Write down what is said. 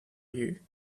you